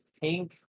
pink